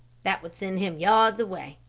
that would send him yards away.